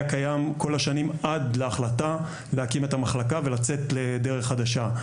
קיים כל השנים עד להחלטה להקים את המחלקה ולצאת לדרך חדשה.